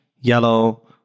yellow